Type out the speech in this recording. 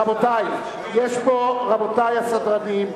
רבותי הסדרנים,